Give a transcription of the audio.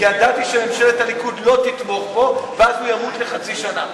כי ידעתי שממשלת הליכוד לא תתמוך בו ואז הוא ימות לחצי שנה,